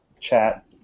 chat